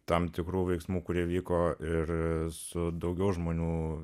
tam tikrų veiksmų kurie vyko ir su daugiau žmonių